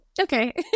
Okay